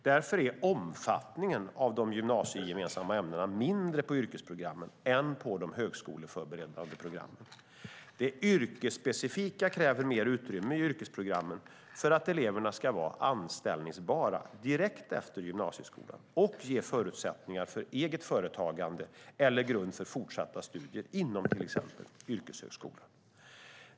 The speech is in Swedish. Därför är omfattningen av de gymnasiegemensamma ämnena mindre på yrkesprogrammen än på de högskoleförberedande programmen. Det yrkesspecifika kräver mer utrymme i yrkesprogrammen för att eleverna ska vara anställbara direkt efter gymnasieskolan och för att ge förutsättningar för eget företagande eller en grund för fortsatta studier inom till exempel yrkeshögskolan.